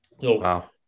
Wow